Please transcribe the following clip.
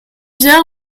vient